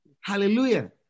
Hallelujah